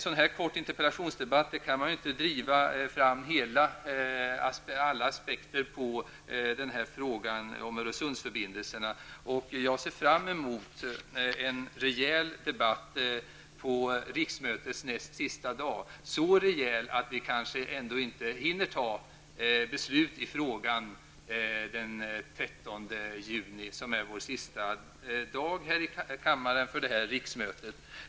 I en så här kort interpellationsdebatt kan man inte gå igenom alla aspekter på frågan om Öresundsförbindelserna. Jag ser fram emot en rejäl debatt på riksmötets näst sista dag -- så rejäl att vi kanske ändå inte hinner fatta beslut i frågan den 13 juni, som är den sista dagen här i kammaren för detta riksmöte.